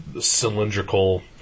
cylindrical